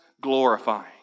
glorifying